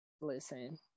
Listen